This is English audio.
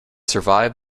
survived